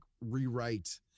rewrite